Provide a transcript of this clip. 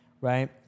right